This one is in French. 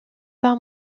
par